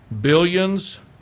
billions